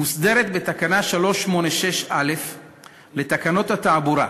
מוסדרת בתקנה 386א לתקנות התעבורה.